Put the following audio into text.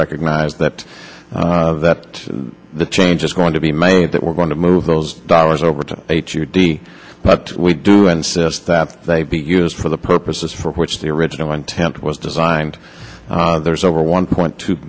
recognize that that the change is going to be made that we're going to move those dollars over to h or d but we do insist that they be used for the purposes for which the original intent was designed there's over one point two